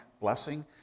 blessing